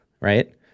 right